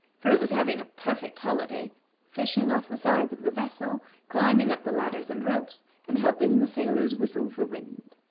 for it was having a perfect holiday fishing off the sides of the vessel, climbing up the ladders and ropes, and helping the sailors whistle for wind.